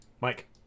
Mike